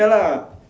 ya lah